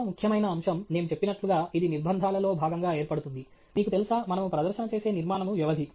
ఇతర ముఖ్యమైన అంశం నేను చెప్పినట్లుగా ఇది నిర్బంధాలలో భాగంగా ఏర్పడుతుంది మీకు తెలుసా మనము ప్రదర్శన చేసే నిర్మాణము వ్యవధి